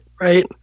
right